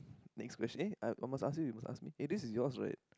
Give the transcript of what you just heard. next question eh I must ask you you ask me eh this is yours right